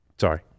Sorry